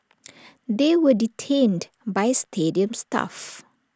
they were detained by stadium staff